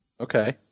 Okay